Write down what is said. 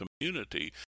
community